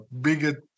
bigger